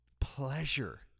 pleasure